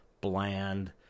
bland